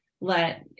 let